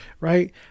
right